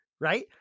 Right